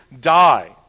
die